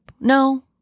No